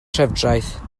trefdraeth